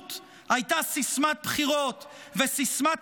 משילות הייתה סיסמת בחירות וסיסמת